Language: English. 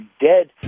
dead